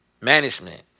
management